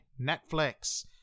Netflix